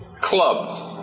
club